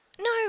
No